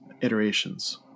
iterations